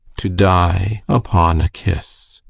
to die upon kiss.